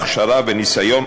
הכשרה וניסיון,